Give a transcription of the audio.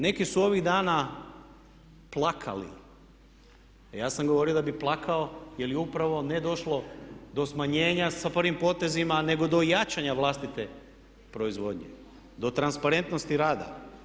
Neki su ovih dana plakali, a ja sam govorio da bih plakao jer je upravo ne došlo do smanjenja sa prvim potezima nego do jačanja vlastite proizvodnje, do transparentnosti rada.